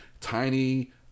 tiny